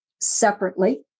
separately